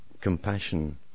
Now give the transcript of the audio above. compassion